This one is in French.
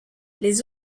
les